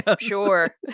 sure